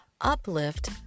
uplift